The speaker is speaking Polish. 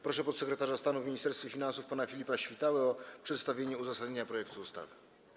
Proszę podsekretarza stanu w Ministerstwie Finansów pana Filipa Świtałę o przedstawienie uzasadnienia projektu ustawy.